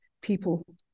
people